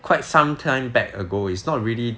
quite some time back ago is not really